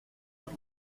vous